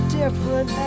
different